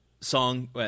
song